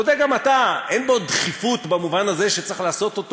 תודה גם אתה: אין בו דחיפות במובן הזה שצריך לעשות אותו